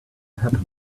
happen